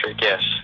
yes